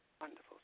Wonderful